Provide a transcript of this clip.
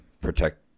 protect